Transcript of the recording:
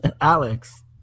Alex